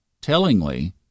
Tellingly